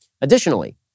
Additionally